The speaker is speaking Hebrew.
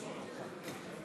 אדוני השר,